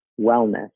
wellness